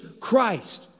Christ